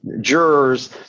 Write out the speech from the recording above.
jurors